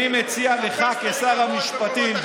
אני מציע לך כשר המשפטים,